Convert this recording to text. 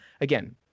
again